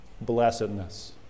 blessedness